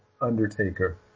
Undertaker